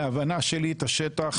מההבנה שלי את השטח,